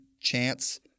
chance